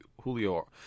Julio